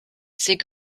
c’est